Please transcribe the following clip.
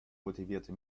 motivierte